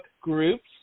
groups